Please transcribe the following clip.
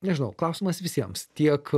nežinau klausimas visiems tiek